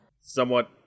Somewhat